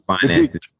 finances